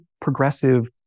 progressive